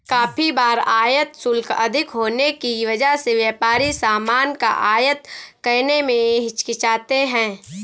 काफी बार आयात शुल्क अधिक होने की वजह से व्यापारी सामान का आयात करने में हिचकिचाते हैं